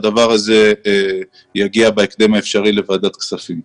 הדבר הזה יגיע בהקדם האפשרי לוועדת כספים.